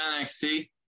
NXT